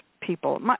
people